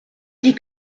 dit